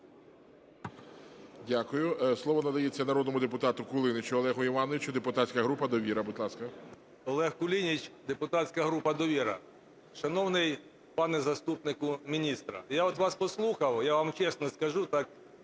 Дякую. Слово надається народному депутату Кулінічу Олегу Івановичу, депутатська група "Довіра". Будь ласка. 11:51:05 КУЛІНІЧ О.І. Олег Кулініч, депутатська група "Довіра". Шановний пане заступнику міністра! Я от вас послухав, я вам чесно скажу,